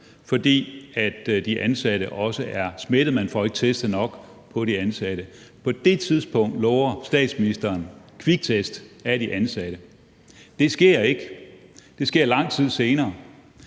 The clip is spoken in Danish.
fordi de ansatte også er smittet – man får ikke testet nok hos de ansatte – lover statsministeren kviktest af de ansatte. Det sker ikke, det sker lang tid senere.